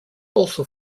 also